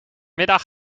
middag